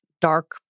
dark